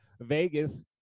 Vegas